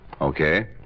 Okay